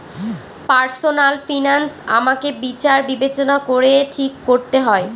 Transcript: personal finance আমাকে বিচার বিবেচনা করে ঠিক করতে হয়